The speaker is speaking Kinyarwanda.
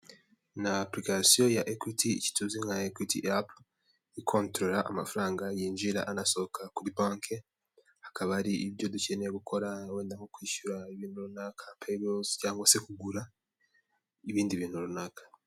Ni apurikasiyo ya ekwiti icyo tuzi nka ekwiti apu, amafaranga yinjira anasohoka kuri banki, akaba ari ibyo dukeneye gukora wenda nko kwishyura ibintu runaka perirosi, cyangwa se kugura ibindi bintu runaka.